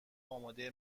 آماده